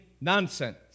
nonsense